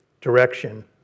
direction